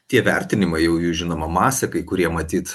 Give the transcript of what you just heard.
tie vertinimai jau jų žinoma masė kai kurie matyt